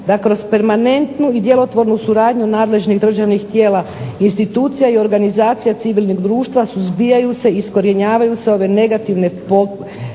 da kroz permanentnu i djelotvornu suradnju nadležnih državnih tijela, institucija i organizacija civilnog društva suzbijaju se, iskorjenjavaju se ove negativne pojave